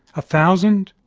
a thousand,